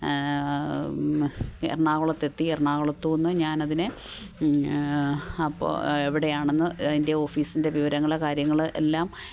എറണാകുളത്ത് എത്തി എറണാകുളത്തുനിന്ന് ഞാൻ അതിനെ അപ്പോൾ എവിടെ ആണെന്ന് അതിന്റെ ഓഫീസിന്റെ വിവരങ്ങൾ കാര്യങ്ങൾ എല്ലാം